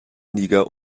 niger